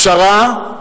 פשרה,